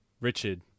Richard